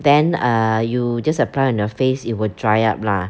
then err you just apply on your face it will dry up lah